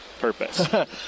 purpose